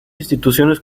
instituciones